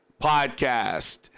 Podcast